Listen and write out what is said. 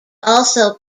also